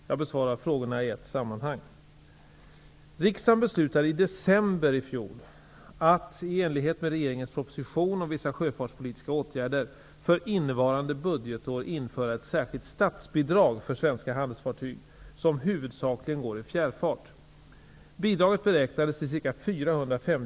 Jag besvarar frågorna i ett sammanhang.